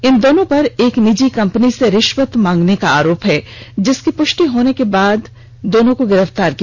इन दोनों पर नीजि कंपनी से रिश्वत मांगने का आरोप है जिसकी प्रष्टि होने के बाद पर दोनों को गिरफ्तार किया